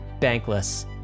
bankless